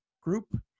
group